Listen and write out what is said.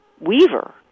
weaver